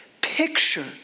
picture